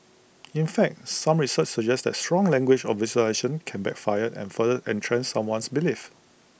in fact some research suggests that strong language or visualisations can backfire and further entrench someone's beliefs